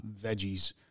veggies